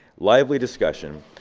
lively discussion.